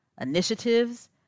initiatives